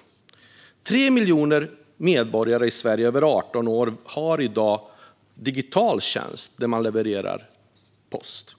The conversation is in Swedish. I Sverige har i dag 3 miljoner medborgare över 18 år en digital tjänst för leverans av post.